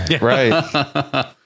Right